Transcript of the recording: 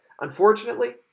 Unfortunately